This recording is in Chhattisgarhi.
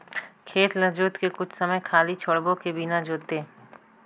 खेत ल जोत के कुछ समय खाली छोड़बो कि बिना जोते?